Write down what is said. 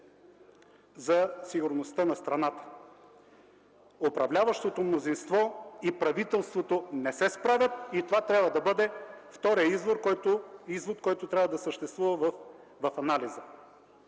за сигурността на страната. Управляващото мнозинство и правителството не се справят и това трябва да бъде вторият извод, който трябва да съществува в анализа.